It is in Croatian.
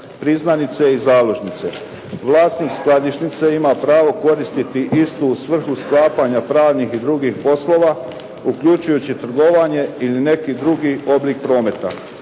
priznanice i založnice. Vlasnik skladišnice ima pravo koristiti istu u svrhu sklapanja pravnih i drugih poslova, uključujući i trgovanje ili neki drugi oblik prometa.